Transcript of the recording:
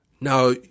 Now